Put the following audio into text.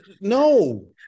no